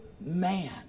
man